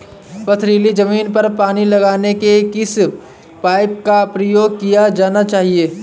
पथरीली ज़मीन पर पानी लगाने के किस पाइप का प्रयोग किया जाना चाहिए?